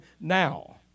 now